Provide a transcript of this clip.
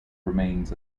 remains